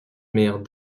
maires